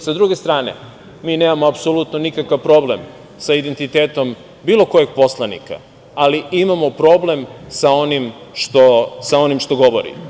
S druge strane, mi nemamo apsolutno nikakav problem sa identitetom bilo kog poslanika, ali imamo problem sa onim što govori.